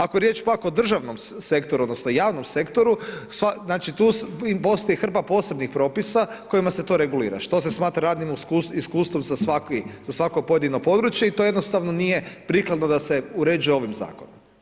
Ako je riječ pak o državnom sektoru, odnosno javnom sektoru, znači tu postoji hrpa posebnih propisa kojima se to regulira što se smatra radnim iskustvom za svako pojedino područje i to jednostavno nije prikladno da se uređuje ovim zakonom.